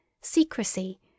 secrecy